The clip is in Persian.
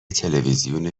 تلوزیون